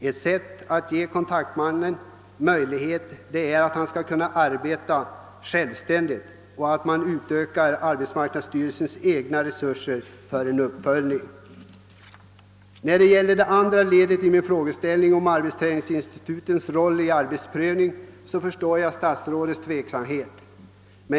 Ett sätt är då att ge kontaktmannen möjlighet att arbeta självständigt och att arbetsmarknadsstyrelsens egna resurser för en uppföljning utökas. Beträffande det andra ledet i min interpellation, det som berörde arbetsträningsinstitutens roll i arbetsprövningen, förstår jag statsrådets tveksamhet.